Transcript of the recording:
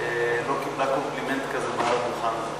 לא קיבלה קומפלימנט כזה מעל דוכן הכנסת.